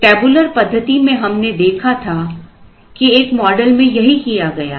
tabular पद्धति में हमने देखा था कि एक मॉडल में यही किया गया था